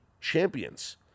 champions